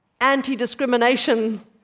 anti-discrimination